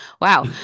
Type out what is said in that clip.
Wow